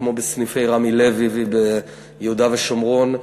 כמו בסניפי "רמי לוי" ביהודה ושומרון,